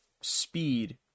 speed